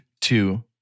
two